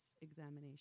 examination